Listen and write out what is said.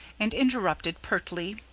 and interrupted pertly,